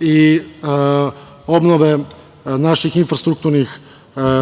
i obnove naših infrastrukturnih